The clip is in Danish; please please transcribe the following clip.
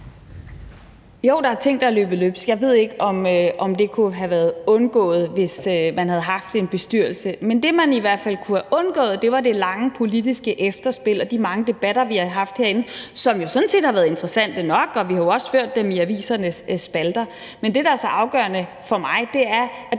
Jo, der er ting, der er løbet løbsk. Jeg ved ikke, om det kunne have været undgået, hvis man havde haft en bestyrelse. Men det, man i hvert fald kunne have undgået, er det lange politiske efterspil og de mange debatter, vi har haft herinde, som jo sådan set har været interessante nok, og vi har jo også ført dem i avisernes spalter. Men det, der er så afgørende for mig, er, at